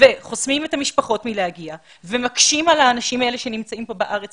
וחוסמים את המשפחות מלהגיע ומקשים על האנשים האלה שנמצאים פה בארץ